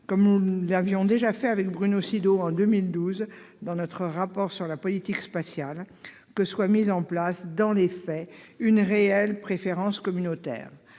comme nous l'avions déjà fait avec Bruno Sido en 2012 dans notre rapport sur la politique spatiale européenne, que soit mise en place, dans les faits, une réelle préférence communautaire.